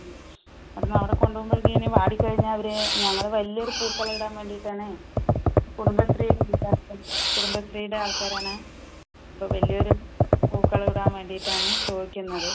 മ് ഇവിടുന്ന് അവിടെ കൊണ്ട് പോകുമ്പോഴേക്ക് ഇനി വാടി കഴിഞ്ഞാൽ അവര് ഞങ്ങള് വലിയ ഒര് പൂക്കളം ഇടാൻ വേണ്ടിയിട്ട് ആണേൽ കുടുംബശ്രീ പരിപാടികൾ കുടുംബശ്രീയുടെ ആൾക്കാര് ആണ് ഇപ്പം വലിയ ഒര് പൂക്കളം ഇടാൻ വേണ്ടിയിട്ട് ആണ് ചോദിക്കുന്നത്